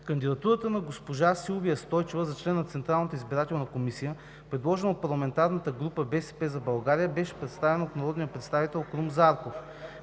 Кандидатурата на госпожа Силвия Стойчева за член на Централната избирателна комисия, предложена от парламентарната група на „БСП за България“, беше представена от народния представител Крум Зарков,